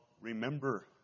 Remember